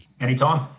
Anytime